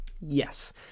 yes